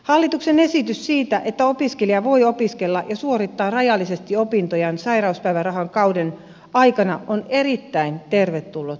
hallituksen esitys siitä että opiskelija voi opiskella ja suorittaa rajallisesti opintojaan sairauspäivärahakauden aikana on erittäin tervetullut parannus